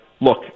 look